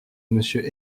monsieur